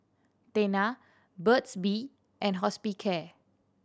Tena Burt's Bee and Hospicare